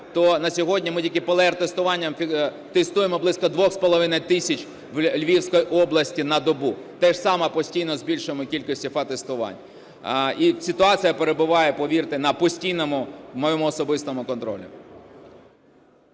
то на сьогодні ми тільки ПЛР-тестуванням тестуємо близько 2,5 тисяч в Львівській області на добу, те ж саме, постійно збільшуємо кількість ІФА-тестувань. І ситуація перебуває, повірте, на постійному моєму особистому контролі.